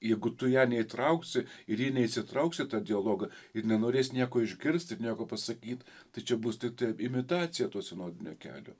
jeigu tu ją neįtrauksi ir ji neįsitrauks į tą dialogą ir nenorės nieko išgirst ir nieko pasakyt tai čia bus tiktai imitacija to sinodinio kelio